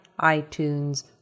iTunes